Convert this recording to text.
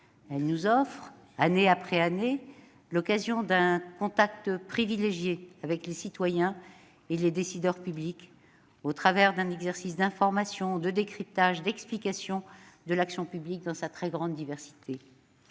Elle nous offre, année après année, l'occasion d'un contact privilégié avec les citoyens et les décideurs publics, au travers d'un exercice d'information, de décryptage, d'explication de l'action publique dans sa très grande diversité.